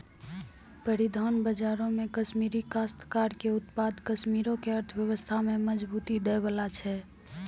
परिधान बजारो मे कश्मीरी काश्तकार के उत्पाद कश्मीरो के अर्थव्यवस्था में मजबूती दै बाला छै